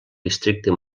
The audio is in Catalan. districte